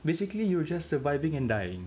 basically you're just surviving and die